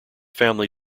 family